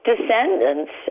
descendants